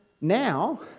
now